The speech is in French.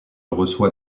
reçoit